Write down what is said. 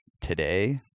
today